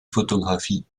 photographie